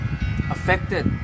affected